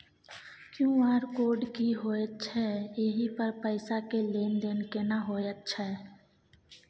QR code की होयत छै एहि पर पैसा के लेन देन केना होयत छै?